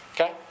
Okay